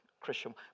Christian